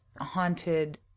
haunted